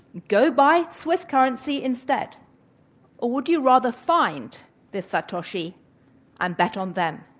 go buy swiss currency instead. or would you rather find this satoshi and bet on them?